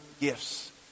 gifts